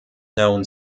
known